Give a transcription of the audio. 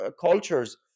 cultures